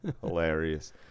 hilarious